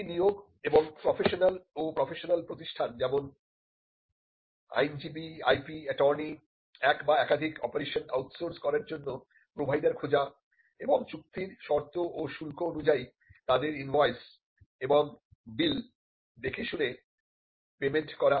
কর্মী নিয়োগ এবং প্রফেশনাল ও প্রফেশনাল প্রতিষ্ঠান যেমন আইনজীবী IP এটর্নি এক বা একাধিক অপারেশন আউটসোর্স করার জন্য প্রোভাইডার খোঁজা এবং চুক্তির শর্তা ও শুল্ক অনুযায়ী তাদের ইনভয়েস এবং বিল দেখে শুনে পেমেন্ট করা